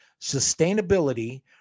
sustainability